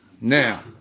Now